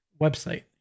website